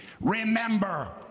Remember